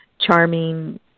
charming